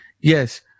Yes